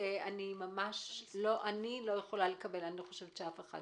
כי אני לא יכולה לקבל אני חושבת שאף אחד